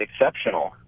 exceptional